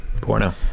Porno